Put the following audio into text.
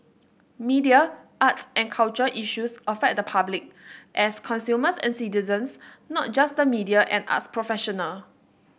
media arts and culture issues affect the public as consumers and citizens not just the media and arts professional